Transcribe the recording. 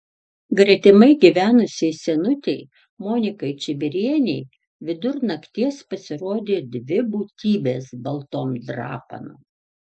gretimai gyvenusiai senutei monikai čibirienei vidur nakties pasirodė dvi būtybės baltom drapanom